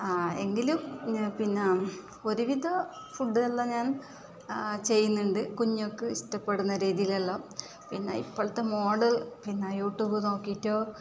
ആ എങ്കിലും പിന്നെ ഒരു വിധം ഫുഡെല്ലാം ഞാൻ ആ ചെയ്യുന്നുണ്ട് കുഞ്ഞുങ്ങൾക്ക് ഇഷ്ടപ്പെടുന്ന രീതിയിലെല്ലാം പിന്നെ ഇപ്പോളത്തെ മോള് യു ട്യൂബിൽ നോക്കിയിട്ട്